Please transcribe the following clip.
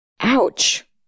ouch